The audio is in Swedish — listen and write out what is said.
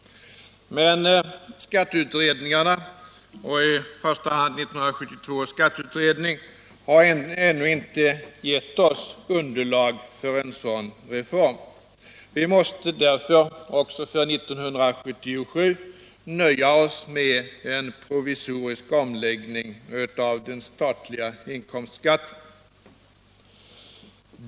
Men skatteutredningarna, och i första hand 1972 års skatteutredning, har ännu inte gett oss underlag för en sådan reform. Vi måste därför också för 1977 nöja oss med en provisorisk omläggning av den statliga inkomstskatten.